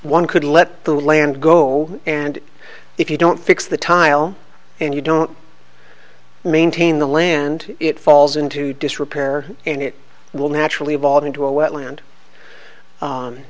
ne could let the land go and if you don't fix the tile and you don't maintain the land it falls into disrepair and it will naturally evolve into a wetland